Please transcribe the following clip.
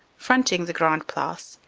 front ing the grande place,